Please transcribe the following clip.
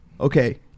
Okay